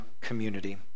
community